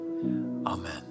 amen